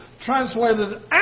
translated